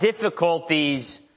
difficulties